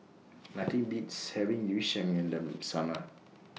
Nothing Beats having Yu Sheng in The Summer